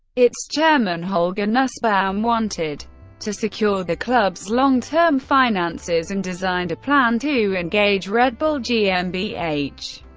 its chairman holger nussbaum wanted to secure the club's long term finances and designed a plan to engage red bull gmbh.